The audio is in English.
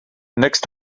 next